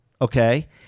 okay